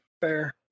Fair